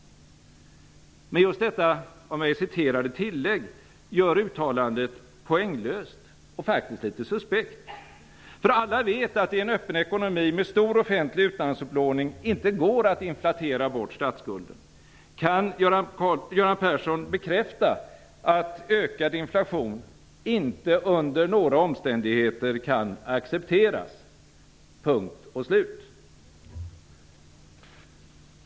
Men just detta av mig citerade tillägg gör uttalandet poänglöst och litet suspekt. Alla vet att det i en öppen ekonomi med stor offentlig utlandsupplåning inte går att inflatera bort statsskulden. Kan Göran Persson bekräfta att ökad inflation inte under några omständigheter kan accepteras - punkt och slut?